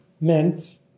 meant